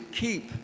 keep